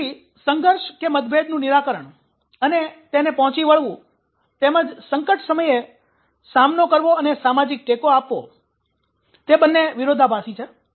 ત્યાર પછી સંઘર્ષમતભેદનું નિરાકરણ અને તેને પહોચી વળવું તેમજ સંકટ સમયે સામનો કરવો અને સામાજિક ટેકો આપવો તે બંને વિરોધાભાસી છે